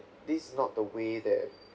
this is not the way that